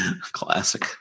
Classic